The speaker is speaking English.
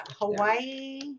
Hawaii